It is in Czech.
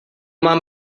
mám